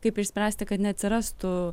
kaip išspręsti kad neatsirastų